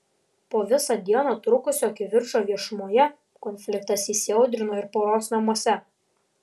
po visą dieną trukusio kivirčo viešumoje konfliktas įsiaudrino ir poros namuose